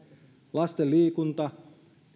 lasten liikunta on